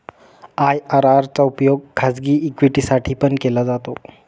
IRR चा उपयोग खाजगी इक्विटी साठी पण केला जातो